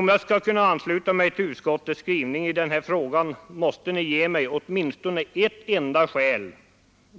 Om jag skall kunna ansluta mig till utskottets skrivning i den här frågan måste ni emellertid ge mig åtminstone ett enda skäl